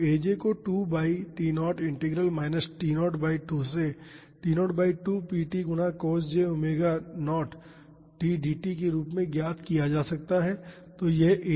तो aj को 2 by T0 integral minus T0 by 2 से T0 बाई 2 p t गुना cos j ओमेगा0 t dt के रूप में ज्ञात किया जा सकता है